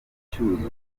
cyuzuzo